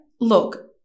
look